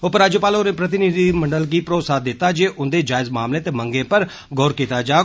उपराज्यपाल होरें प्रतिनिधिमंडल गी भरोसा दित्ता जे उंदे जायज मामलें ते मंगें पर गौर कीता जाग